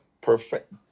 perfect